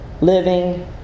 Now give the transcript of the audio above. living